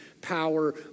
power